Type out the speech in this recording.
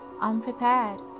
unprepared